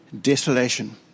desolation